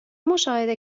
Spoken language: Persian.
مشاهده